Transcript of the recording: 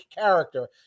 character